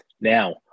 Now